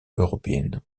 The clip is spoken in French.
européenne